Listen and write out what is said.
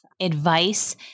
advice